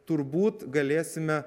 turbūt galėsime